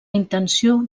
intenció